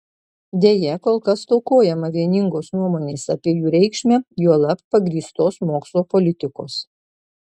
deja kol kas stokojama vieningos nuomonės apie jų reikšmę juolab pagrįstos mokslo politikos